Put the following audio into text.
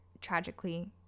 tragically